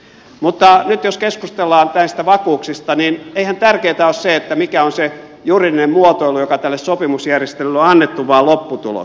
mutta nyt jos keskustellaan näistä vakuuksista niin eihän tärkeintä ole se mikä on se juridinen muotoilu joka tälle sopimusjärjestelylle on annettu vaan lopputulos